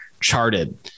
charted